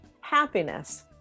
happiness